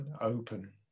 open